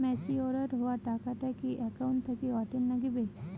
Matured হওয়া টাকাটা কি একাউন্ট থাকি অটের নাগিবে?